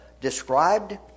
described